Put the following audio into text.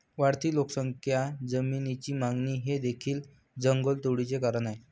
वाढती लोकसंख्या, जमिनीची मागणी हे देखील जंगलतोडीचे कारण आहे